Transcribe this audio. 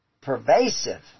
pervasive